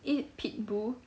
I~ pitbull